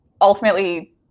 Ultimately